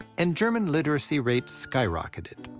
and german literacy rates skyrocketed.